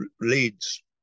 leads